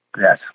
Yes